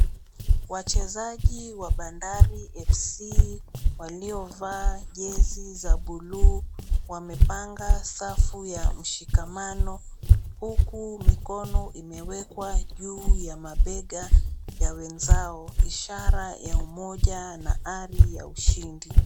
Wachezaji wa bandari fc waliovaa jezi za bluu wamepanga safu ya mshikamano huko mikono imewekwa juu ya mabega ya wenzao ishara ya umoja na ari ya ushindi.